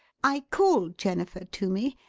i called jennifer to me,